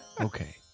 Okay